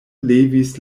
levis